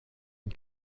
une